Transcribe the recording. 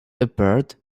appeared